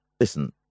Listen